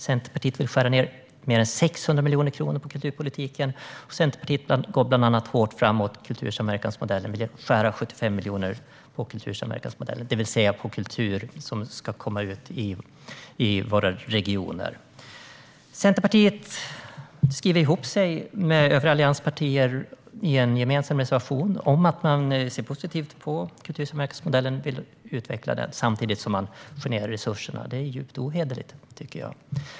Centerpartiet vill skära ned mer än 600 miljoner kronor på kulturpolitiken, och Centerpartiet går bland annat hårt fram mot kultursamverkansmodellen och vill skära 75 miljoner där, det vill säga på kultur som ska komma ut i våra regioner. Centerpartiet skriver i en gemensam reservation med övriga allianspartier att man ser positivt på kultursamverkansmodellen och vill utveckla den. Samtidigt skär man ned på resurserna. Det är djupt ohederligt, tycker jag.